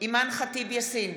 אימאן ח'טיב יאסין,